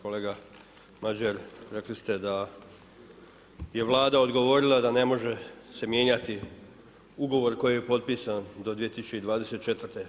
Kolega Madjer, rekli ste da je Vlada odgovorila da ne može se mijenjati ugovor koji je potpisan do 2024.